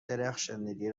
درخشندگی